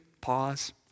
pause